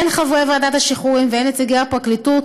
הן חברי ועדת השחרורים והן נציגי הפרקליטות